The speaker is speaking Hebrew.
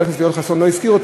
חבר הכנסת יואל חסון לא הזכיר,